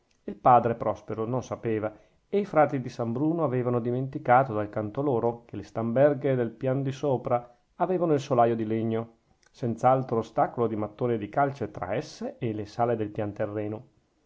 il padre prospero non sapeva e i frati di san bruno avevano dimenticato dal canto loro che le stamberghe del pian di sopra avevano il solaio di legno senz'altro ostacolo di mattoni e di calce tra esse e le sale del pian terreno